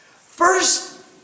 First